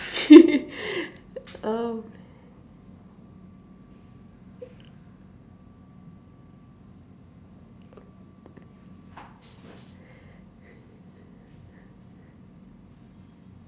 oh